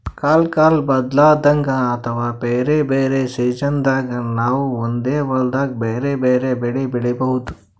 ಕಲ್ಕಾಲ್ ಬದ್ಲಾದಂಗ್ ಅಥವಾ ಬ್ಯಾರೆ ಬ್ಯಾರೆ ಸಿಜನ್ದಾಗ್ ನಾವ್ ಒಂದೇ ಹೊಲ್ದಾಗ್ ಬ್ಯಾರೆ ಬ್ಯಾರೆ ಬೆಳಿ ಬೆಳಿಬಹುದ್